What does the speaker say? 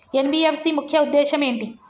NBFC ముఖ్య ఉద్దేశం ఏంటి?